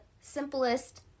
simplest